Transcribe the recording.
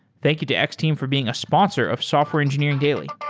thank you to x-team for being a sponsor of software engineering daily